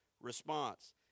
response